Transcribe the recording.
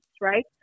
right